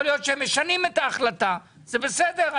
יכול להיות שהם משנים את ההחלטה שלהם וזה בסדר.